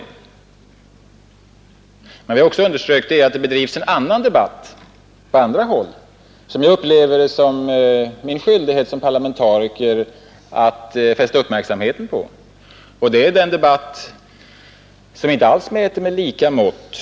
Men jag vill också understryka att det bedrivs en annan debatt på andra håll, och jag upplever det som min skyldighet som parlamentariker att fästa uppmärksamheten på den. Det är en debatt som inte alls mäter med lika mått.